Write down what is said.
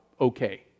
okay